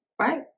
Right